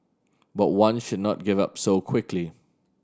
but one should not give up so quickly